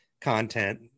content